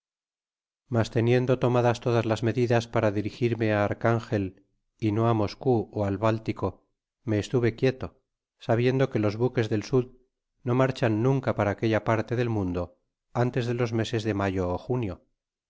mas teniendo tomadas todas las medidas para dirigirme á archangel y no á moscou ó al báltico me estuve quieto sabiendo que los buques del sud no marchan nunca para aquella parte del mundo antes de los meses de mayo